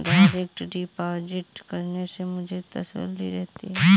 direct deposit करने से मुझे तसल्ली रहती है